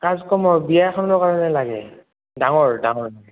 কাজ কৰ্মৰ বিয়া এখনৰ কাৰণে লাগে ডাঙৰ ডাঙৰ